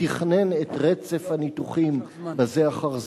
ותכנן את רצף הניתוחים בזה אחר זה,